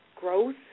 growth